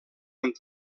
amb